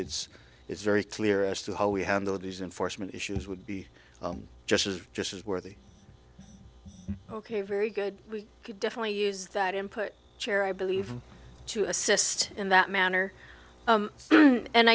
it's it's very clear as to how we handle these enforcement issues would be just as just as worthy ok very good we could definitely use that input chair i believe to assist in that manner